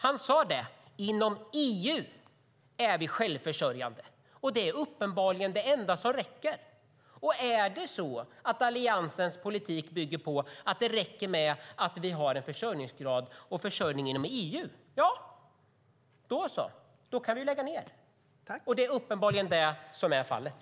Han sade att vi är självförsörjande inom EU. Det räcker uppenbarligen. Är det så att Alliansens politik bygger på att det räcker med att vi har en försörjning inom EU, då kan vi ju lägga ned. Det är uppenbarligen det som är fallet.